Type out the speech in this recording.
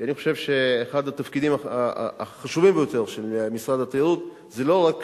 כי אני חושב שאחד התפקידים החשובים ביותר של משרד התיירות זה לא רק